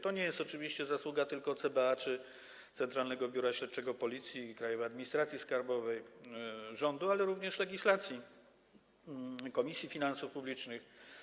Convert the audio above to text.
To jest oczywiście zasługa nie tylko CBA czy Centralnego Biura Śledczego Policji i Krajowej Administracji Skarbowej, rządu, ale również legislacji, Komisji Finansów Publicznych.